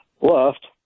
left